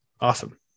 awesome